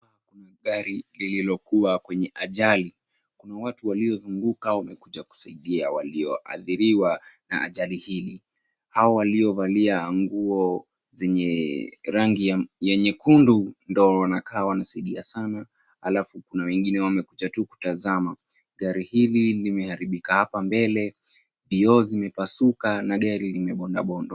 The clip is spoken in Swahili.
Kuna gari lililokuwa kwenye ajali. Kuna watu waliozunguka, wamekuja kusaidia walioathiriwa na ajali hii. Hao waliovalia nguo zenye rangi ya nyekundu ndio wanakaa wanasaidia sana, halafu kuna wengine wamekuja kutazama. Gari hili limeharibika hapa mbele, vioo zimepasuka na gari limebonda bondwa.